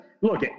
look